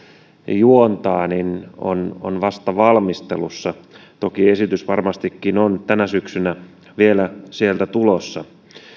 juontaa on on vasta valmistelussa toki esitys varmastikin on tänä syksynä vielä sieltä tulossa